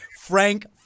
Frank